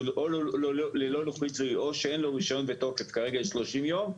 שהוא או ללא לוחית זיהוי או שאין לו רישיון בתוקף 30 ימים,